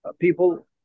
people